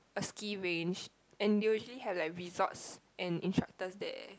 a ski range and they'll usually have like resorts and instructor there